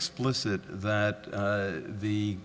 explicit that the